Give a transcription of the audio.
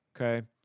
Okay